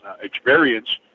experience